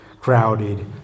crowded